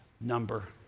number